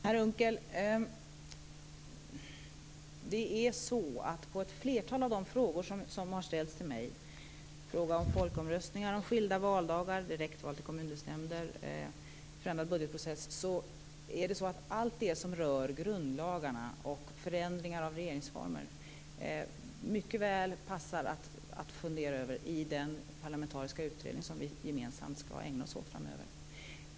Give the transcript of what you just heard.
Fru talman! När det gäller ett flertal av de frågor som har ställts till mig - frågorna om folkomröstningar, skilda valdagar, direktval till kommundelsnämnder och förändrad budgetprocess - är det så att allt det som rör grundlagarna och förändringar av regeringsformen mycket väl passar att fundera över i den parlamentariska utredning som vi gemensamt skall ägna oss åt framöver.